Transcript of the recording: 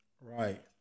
Right